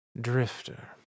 Drifter